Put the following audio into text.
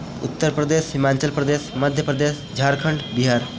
Uttar Pradesh Himachal Pradesh Madhya Pradesh Jharkhand Bihar